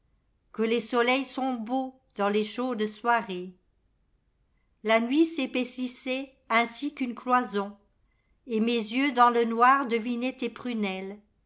que les soleils sont beaux dans les chaudes soirées la nuit s'épaississait ainsi qu'une cloison et mes yeux dans le noir devinaient tes prunelles